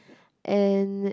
and